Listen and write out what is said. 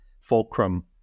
fulcrum